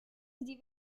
sie